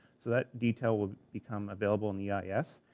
so that detail will become available in the eis,